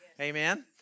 Amen